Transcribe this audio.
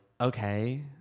okay